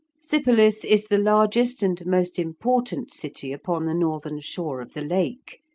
sypolis is the largest and most important city upon the northern shore of the lake,